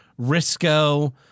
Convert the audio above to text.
Risco